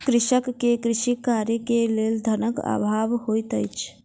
कृषक के कृषि कार्य के लेल धनक अभाव होइत अछि